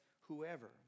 whoever